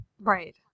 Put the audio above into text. Right